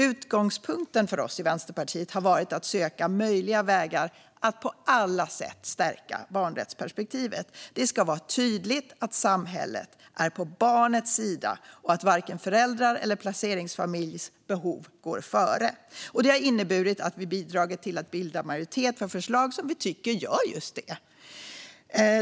Utgångspunkten för oss i Vänsterpartiet har varit att söka möjliga vägar att på alla sätt stärka barnrättsperspektivet. Det ska vara tydligt att samhället är på barnets sida och att varken föräldrars eller placeringsfamiljs behov går före barnets. Det har inneburit att vi har bidragit till att bilda majoritet för förslag som vi tycker åstadkommer just det.